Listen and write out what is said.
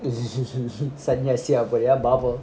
செம்ம சி அதுலாம்:semma si adhulam bad word